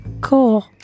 Cool